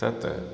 तत्